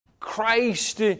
Christ